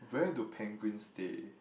where do penguins stay